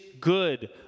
good